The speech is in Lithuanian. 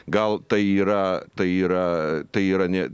gal tai yra tai yra tai yra ne